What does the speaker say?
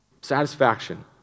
satisfaction